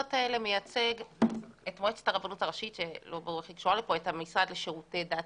שהיה פעיל אמיתי עם ראש הרשות או עם המפלגה שלו.